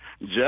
Jeff